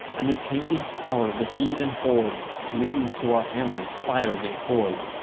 and the tainted tower of the heathen hordes leans to our hammers, fires and cords,